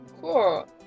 Cool